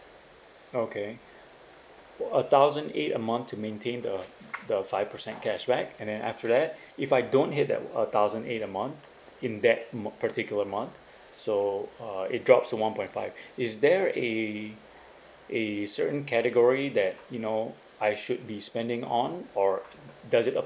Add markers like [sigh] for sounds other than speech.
okay [breath] a thousand eight a month to maintain the the five percent cashback and then after that [breath] if I don't hit that uh thousand eight a month in that mon~ particular month [breath] so uh it drops to one point five [breath] is there a a certain category that you know I should be spending on or does it ap~